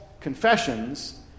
confessions